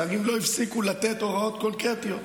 שרים לא הפסיקו לתת הוראות קונקרטיות.